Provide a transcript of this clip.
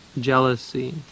jealousy